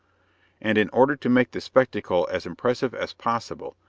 and in order to make the spectacle as impressive as possible,